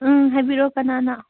ꯎꯝ ꯍꯥꯏꯕꯤꯔꯛꯑꯣ ꯀꯅꯥꯅꯣ